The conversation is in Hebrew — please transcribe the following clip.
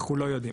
אנחנו לא יודעים,